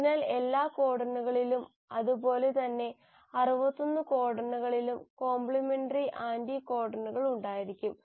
അതിനാൽ എല്ലാ കോഡണുകളിലും അതുപോലെ തന്നെ 61 കോഡണുകളിലും കോംപ്ലിമെന്ററി ആന്റികോഡണുകൾ ഉണ്ടായിരിക്കും